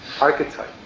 archetype